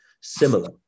similar